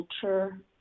culture